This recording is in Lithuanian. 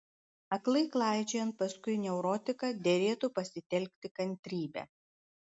aklai klaidžiojant paskui neurotiką derėtų pasitelkti kantrybę